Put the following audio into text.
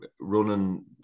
running